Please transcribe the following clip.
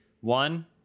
One